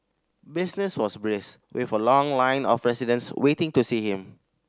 business was brisk with a long line of residents waiting to see him